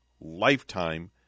lifetime